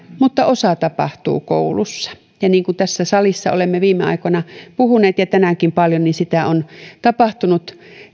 mutta osa tapahtuu koulussa ja niin kuin tässä salissa olemme viime aikoina ja tänäänkin puhuneet paljon on tapahtunut